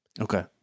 Okay